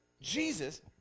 Jesus